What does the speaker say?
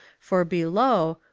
for below,